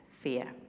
fear